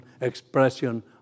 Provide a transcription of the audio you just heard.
expression